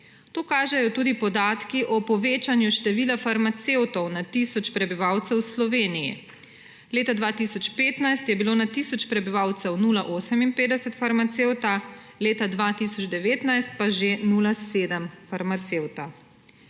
To kažejo tudi podatki o povečanju števila farmacevtov na tisoč prebivalcev v Sloveniji. Leta 2015 je bilo na tisoč prebivalcev 0.58 farmacevta, leta 2019 pa že 0,7 farmacevta.